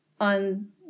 on